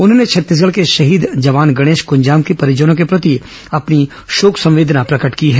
उन्होंने छत्तीसगढ़ के शहीद जवान गणेश कूंजाम के परिजनों के प्रति अपनी शोक संवेदना प्रकट की है